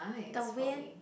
the wind